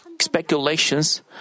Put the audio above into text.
speculations